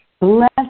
Bless